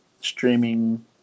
streaming